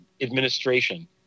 administration